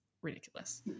ridiculous